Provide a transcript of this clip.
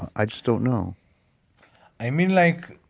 i just don't know i mean like,